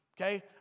Okay